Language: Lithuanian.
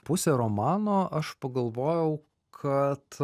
pusę romano aš pagalvojau kad